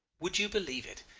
would you believe it?